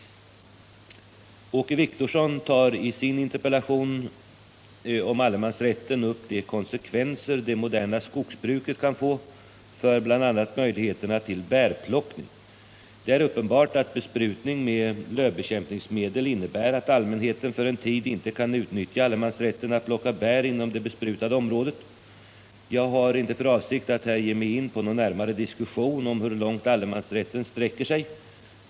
Åke Wictorsson tar i sin interpellation om allemansrätten upp de konsekvenser det moderna skogsbruket kan få för bl.a. möjligheterna till bärplockning. Det är uppenbart att besprutning med lövbekämpningsmedel innebär att allmänheten för en tid inte kan utnyttja allemansrätten tillatt plocka bär inom det besprutade området. Jag har inte för avsikt att här ge migin på någon närmare diskussion om hurlångt allemansrätten sträcker sig.